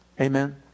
Amen